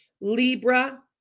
Libra